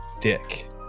dick